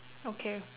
okay